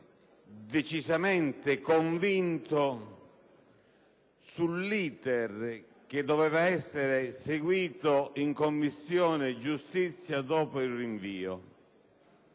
decisamente convinto sull'*iter* che doveva essere seguito in Commissione giustizia dopo il rinvio,